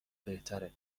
بهتره